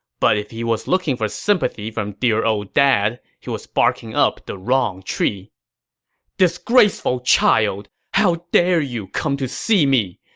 but if he was looking for sympathy from dear ol' dad, he was barking up the wrong tree disgraceful child! how dare you come to see me!